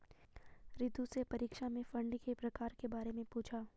रितु से परीक्षा में फंड के प्रकार के बारे में पूछा